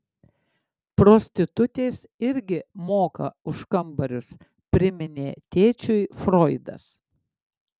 prostitutės irgi moka už kambarius priminė tėčiui froidas